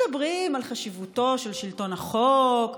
מדברים על חשיבותו של שלטון החוק,